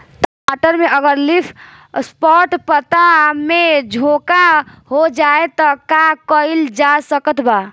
टमाटर में अगर लीफ स्पॉट पता में झोंका हो जाएँ त का कइल जा सकत बा?